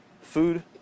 food